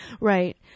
Right